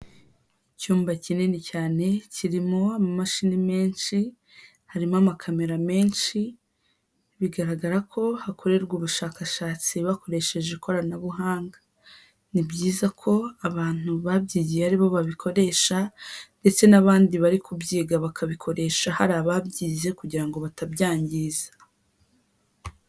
Icyumba kinini cyane kirimo amamashini menshi, harimo amakamera menshi. Bigaragara ko hakorerwa ubushakashatsi bakoresheje ikoranabuhanga. Ni byiza ko abantu babyigiye aribo babikoresha ndetse n'abandi bari kubyiga bakabikoresha hari ababyize kugira ngo batabyangiza.